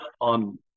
on